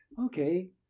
okay